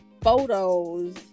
photos